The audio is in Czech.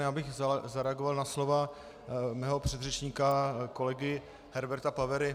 Já bych zareagoval na slova svého předřečníka kolegy Herberta Pavery.